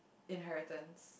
Inheritance